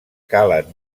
calen